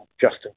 Justin